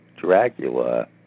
Dracula